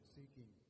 seeking